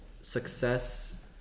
success